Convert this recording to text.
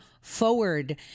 forward